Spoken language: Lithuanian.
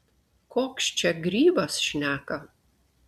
koks čia grybas šneka